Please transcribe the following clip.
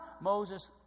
Moses